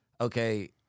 okay